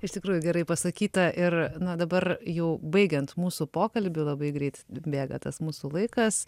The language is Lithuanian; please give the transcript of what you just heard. iš tikrųjų gerai pasakyta ir na dabar jau baigiant mūsų pokalbį labai greit bėga tas mūsų laikas